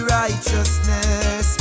righteousness